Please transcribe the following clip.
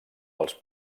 dels